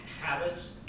habits